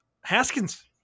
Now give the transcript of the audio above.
Haskins